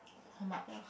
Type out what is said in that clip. how much